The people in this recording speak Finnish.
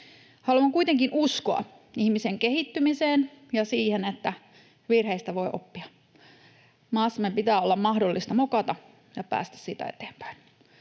Haluan kuitenkin uskoa ihmisen kehittymiseen ja siihen, että virheistä voi oppia. Maassamme pitää olla mahdollista mokata ja päästä siitä eteenpäin.